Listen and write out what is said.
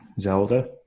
Zelda